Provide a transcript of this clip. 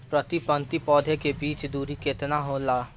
प्रति पंक्ति पौधे के बीच की दूरी केतना होला?